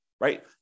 Right